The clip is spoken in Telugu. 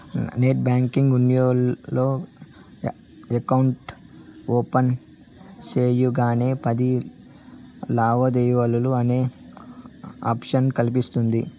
నెట్ బ్యాంకింగ్ ఉన్నోల్లు ఎకౌంట్ ఓపెన్ సెయ్యగానే పది లావాదేవీలు అనే ఆప్షన్ కనిపిస్తుంది